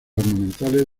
ornamentales